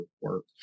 work